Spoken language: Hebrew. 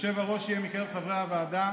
היושב-ראש יהיה מקרב חברי הוועדה